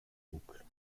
couple